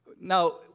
Now